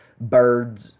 Birds